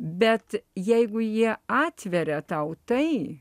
bet jeigu jie atveria tau tai